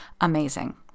amazing